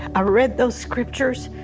i read those scriptures.